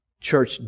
church